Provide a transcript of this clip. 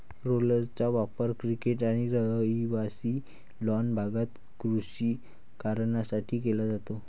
रोलर्सचा वापर क्रिकेट आणि रहिवासी लॉन भागात कृषी कारणांसाठी केला जातो